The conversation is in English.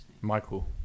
Michael